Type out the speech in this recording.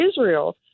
Israel